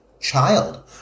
child